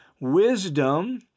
Wisdom